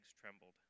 trembled